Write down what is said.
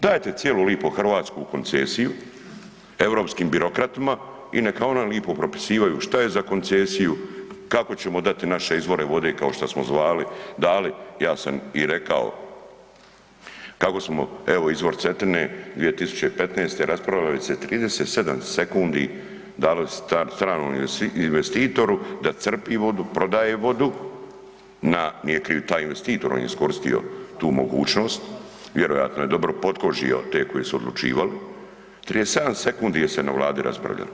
Dajete cijelu lipo Hrvatsku u koncesiju europskim birokratima i neka oni lipo propisivaju što je za koncesiju, kako ćemo dati naše izvore vode kao što smo zvali, dali, ja sam i rekao, kako smo, evo, izvor Cetine 2015. raspravljali se 37 sekundi davali stranom investitoru, da crpi vodu, prodaje vodu na, nije kriv taj investitor, on je iskoristio tu mogućnost, vjerojatno je dobro potkožio te koji su odlučivali, 37 sekundi je se na Vladi raspravljalo.